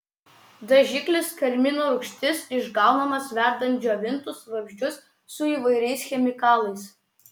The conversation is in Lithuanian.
dažiklis karmino rūgštis išgaunamas verdant džiovintus vabzdžius su įvairiais chemikalais